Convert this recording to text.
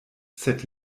sed